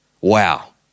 Wow